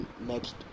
next